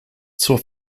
zur